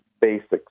basics